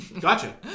gotcha